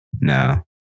No